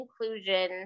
inclusion